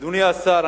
אדוני השר,